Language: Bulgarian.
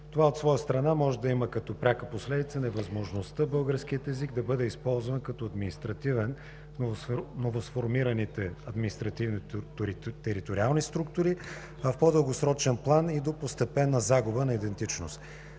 Това от своя страна може да има като пряка последица невъзможността българският език да бъде използван като административен в новосформираните административни териториални структури, а в по-дългосрочен план – и до постепенна загуба на идентичност.